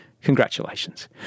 Congratulations